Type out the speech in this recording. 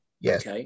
Yes